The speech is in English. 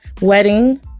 wedding